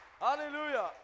Hallelujah